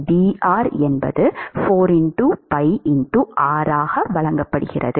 dAs dr 4pir வழங்கப்படுகிறது